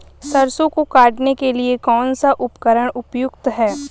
सरसों को काटने के लिये कौन सा उपकरण उपयुक्त है?